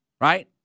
right